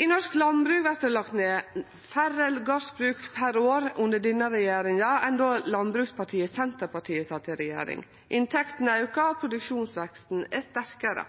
I norsk landbruk vert det lagt ned færre gardsbruk per år under denne regjeringa enn då landbrukspartiet Senterpartiet sat i regjering. Inntektene aukar, og produksjonsveksten er sterkare.